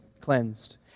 cleansed